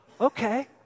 okay